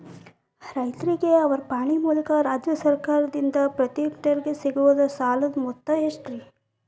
ರೈತರಿಗೆ ಅವರ ಪಾಣಿಯ ಮೂಲಕ ರಾಜ್ಯ ಸರ್ಕಾರದಿಂದ ಪ್ರತಿ ಹೆಕ್ಟರ್ ಗೆ ಸಿಗುವ ಸಾಲದ ಮೊತ್ತ ಎಷ್ಟು ರೇ?